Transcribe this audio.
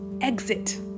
exit